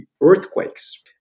earthquakes